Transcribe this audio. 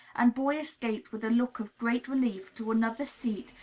and boy escaped with a look of great relief to another seat,